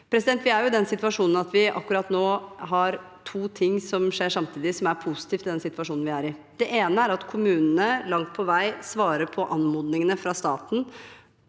kommunene kan ta i bruk ved behov. Akkurat nå er det to ting som skjer samtidig, som er positivt i den situasjonen vi er i. Det ene er at kommunene langt på vei svarer på anmodningene fra staten